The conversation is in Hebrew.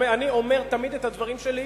אני אומר תמיד את הדברים שלי,